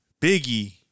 Biggie